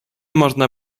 można